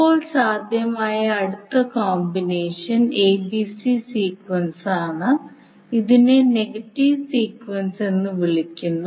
ഇപ്പോൾ സാധ്യമായ അടുത്ത കോമ്പിനേഷൻ acb സീക്വൻസാണ് ഇതിനെ നെഗറ്റീവ് സീക്വൻസ് എന്ന് വിളിക്കുന്നു